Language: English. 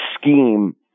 scheme